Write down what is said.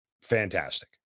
fantastic